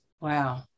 Wow